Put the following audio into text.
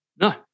no